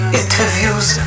interviews